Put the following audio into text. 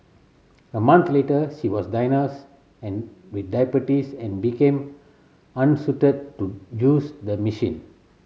a month later she was diagnosed and with diabetes and became unsuited to use the machine